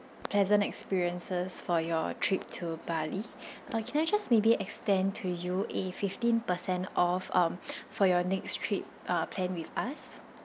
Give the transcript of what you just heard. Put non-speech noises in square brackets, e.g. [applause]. pleasant experiences for your trip to bali [breath] but can I just maybe extend to you a fifteen per cent of um [breath] for your next trip plan with us